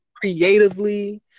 creatively